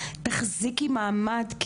תחזיקי מעמד,